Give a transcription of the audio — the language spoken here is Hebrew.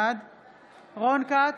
בעד רון כץ,